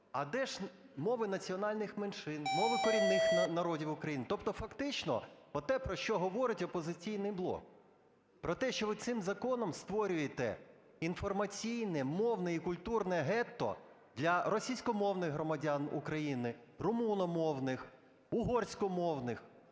а де ж мови національних меншин, мови корінних народів України, тобто фактично оте, про що говорить "Опозиційний блок", про те, що ви цим законом створюєте інформаційне, мовне і культурне гетто для російськомовних громадян України, румуномовних, угорськомовних?